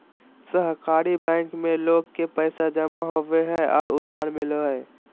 सहकारी बैंक में लोग के पैसा जमा होबो हइ और उधार मिलो हइ